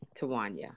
Tawanya